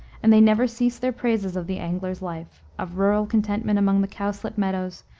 and they never cease their praises of the angler's life, of rural contentment among the cowslip meadows,